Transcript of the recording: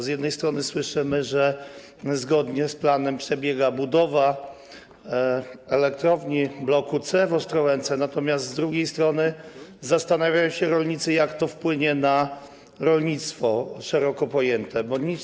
Z jednej strony słyszymy, że zgodnie z planem przebiega budowa elektrowni, bloku C w Ostrołęce, natomiast z drugiej strony zastanawiają się rolnicy, jak to wpłynie na szeroko pojęte rolnictwo.